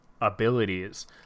abilities